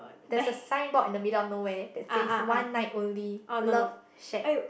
there's a signboard in the middle of nowhere that says one night only love shag